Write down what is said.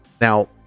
Now